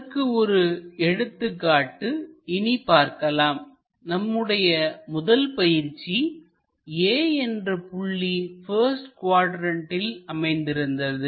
அதற்கு ஒரு எடுத்துக்காட்டு இனி பார்க்கலாம் நம்முடைய முதல் பயிற்சி A என்ற புள்ளி பஸ்ட் குவாட்ரண்ட்டில் அமைந்திருந்தது